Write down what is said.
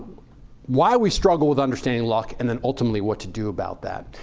why we struggle with understanding luck and then ultimately what to do about that.